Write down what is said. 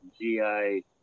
GI